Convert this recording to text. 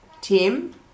Tim